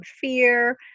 fear